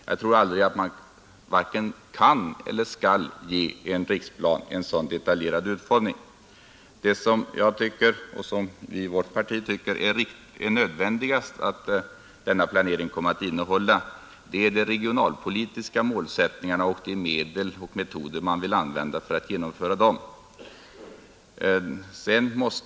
Jag tror inte att man vare sig kan eller skall ge en riksplan en så detaljerad utformning. Enligt min och mitt partis mening skall en riksplanering innehålla de regionalpolitiska målsättningarna och de medel och metoder man vill använda för att genomföra dem.